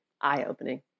eye-opening